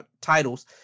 titles